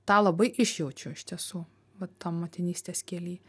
tą labai išjaučiu iš tiesų vat to motinystės kely